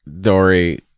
Dory